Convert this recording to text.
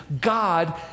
God